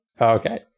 okay